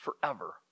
forever